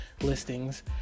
listings